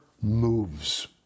moves